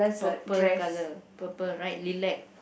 purple colour purple right lilac